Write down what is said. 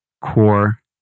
core